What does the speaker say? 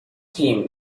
him